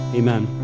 amen